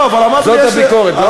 זאת הביקורת.